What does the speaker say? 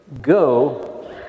go